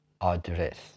address